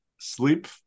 sleep